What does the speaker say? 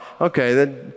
okay